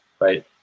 right